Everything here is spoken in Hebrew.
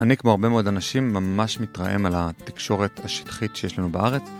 אני כמו הרבה מאוד אנשים ממש מתרעם על התקשורת השטחית שיש לנו בארץ.